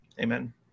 Amen